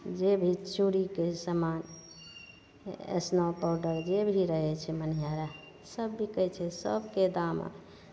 जे भी चूड़ीके समान हे एस्नो पाउडर जे भी रहै छै मनिहारा समान सब बिकै छै सबके दाम